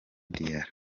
diarra